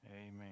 Amen